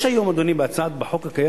יש היום בחוק הקיים,